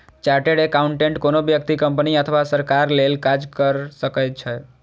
chartered accountant कोनो व्यक्ति, company अथवा सरकार लेल काज कैर सकै छै